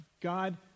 God